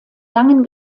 langen